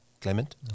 Clement